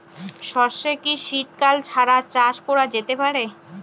সর্ষে কি শীত কাল ছাড়া চাষ করা যেতে পারে?